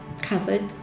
covered